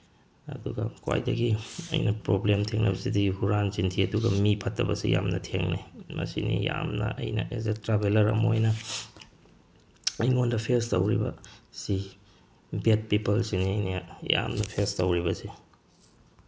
ꯑꯗꯨꯒ ꯈ꯭ꯋꯥꯏꯗꯒꯤ ꯑꯩꯅ ꯄ꯭ꯔꯣꯕ꯭ꯂꯦꯝ ꯊꯦꯡꯅꯕꯁꯤꯗꯤ ꯍꯨꯔꯥꯟ ꯆꯤꯟꯊꯤ ꯑꯗꯨꯒ ꯃꯤ ꯐꯠꯇꯕꯁꯦ ꯌꯥꯝꯅ ꯊꯦꯡꯅꯩ ꯃꯁꯤꯅꯤ ꯌꯥꯝꯅ ꯑꯩꯅ ꯑꯦꯁ ꯑꯦ ꯇ꯭ꯔꯥꯕꯦꯂꯔ ꯑꯃ ꯑꯣꯏꯅ ꯑꯩꯉꯣꯟꯗ ꯐꯦꯁ ꯇꯧꯔꯤꯕꯁꯤ ꯕꯦꯠ ꯄꯤꯄꯜꯁꯤꯅꯤ ꯑꯩꯅ ꯌꯥꯝꯅ ꯐꯦꯁ ꯇꯧꯔꯤꯕ ꯑꯁꯤ